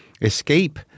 escape